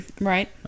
Right